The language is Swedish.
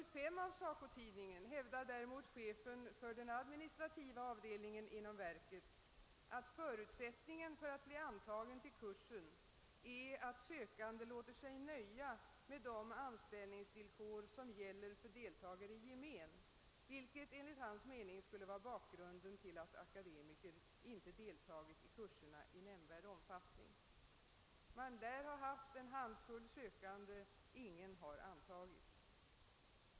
I nr 5 av SACO-tidningen hävdar däremot chefen för den administrativa avdelningen inom verket, att förutsättningen för att bli antagen till kursen är att sökande låter sig nöja med de anställningsvillkor som gäller för deltagare i gemen, vilket skulle vara bakgrunden till att akademiker inte deltagit i kurserna i nämnvärd omfattning. Man lär ha haft en handfull sökande — ingen har antagits.